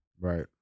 Right